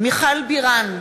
מיכל בירן,